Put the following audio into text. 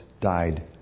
died